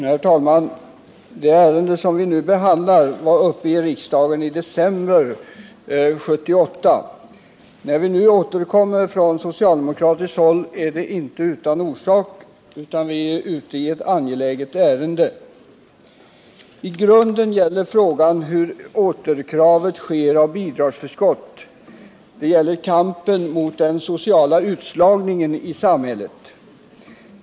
Herr talman! Det ärende som vi nu behandlar var uppe i riksdagen i december 1978. När vi nu återkommer från socialdemokratiskt håll är det inte utan orsak. Vi är ute i ett angeläget ärende. I grunden gäller frågan hur återkravet sker av bidragsförskott. Det är ett led i kampen mot den sociala utslagningen i samhället.